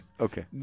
Okay